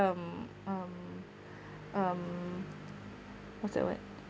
um um um what's that word